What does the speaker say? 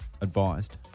Advised